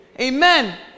Amen